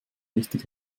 richtig